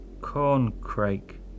Corncrake